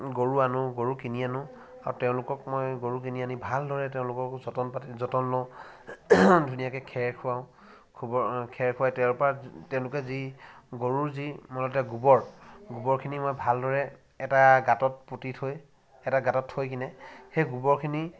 গৰু আনো গৰু কিনি আনো আৰু তেওঁলোকক মই গৰু কিনি আনি ভালদৰে মই তেওঁলোকক যতন লওঁ ধুনীয়াকৈ খেৰ খোৱাওঁ খেৰ খোৱাই তাৰপৰা তেওঁলোকে যি গৰুৰ যি মানে তাৰ গোবৰ গোবৰখিনি মই ভালদৰে এটা গাঁতত পুতি থৈ এটা গাঁতত থৈকেনে সেই গোবাৰখিনি